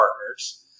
partners